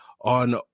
on